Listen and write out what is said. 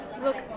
Look